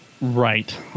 Right